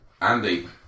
Andy